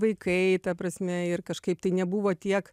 vaikai ta prasme ir kažkaip tai nebuvo tiek